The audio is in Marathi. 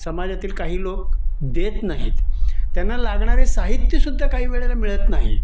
समाजातील काही लोक देत नाहीत त्यांना लागणारे साहित्य सुद्धा काही वेळेला मिळत नाही